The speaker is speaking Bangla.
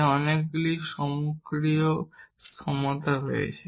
তাই অনেকগুলি স্বয়ংক্রিয় সমতা রয়েছে